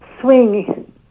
swing